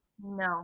No